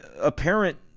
apparent